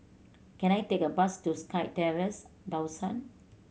can I take a bus to SkyTerrace Dawson